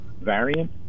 variant